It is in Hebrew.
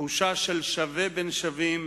תחושה של שווה בין שווים,